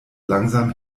langsam